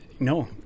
No